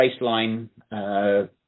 baseline